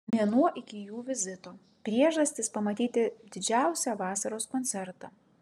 mėnuo iki jų vizito priežastys pamatyti didžiausią vasaros koncertą